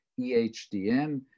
EHDN